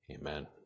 Amen